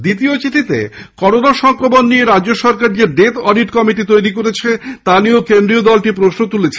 দ্বিতীয় চিঠিতে করোনা সংক্রমণ নিয়ে রাজ্যসরকার যে ডেথ অডিট কমিটি তৈরি করেছে তা নিয়েও কেন্দ্রীয় দলটি প্রশ্ন তুলেছে